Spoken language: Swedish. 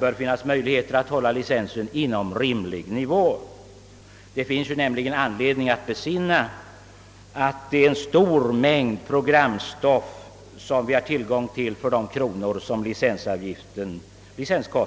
bör det finnas möjligheter att hålla licensen på en rimlig nivå. Det finns naturligtvis skäl att besinna att vi har tillgång till en stor mängd programstoff för de kronor som den kostar oss.